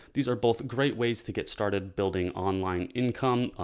these are both great ways to get started building online income.